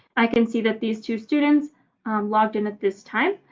i can see that these two students logged in at this time.